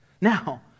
now